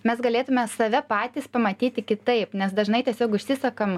mes galėtume save patys pamatyti kitaip nes dažnai tiesiog užsisukam